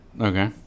Okay